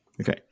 okay